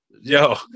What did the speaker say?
Yo